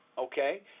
Okay